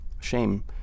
shame